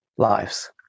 Lives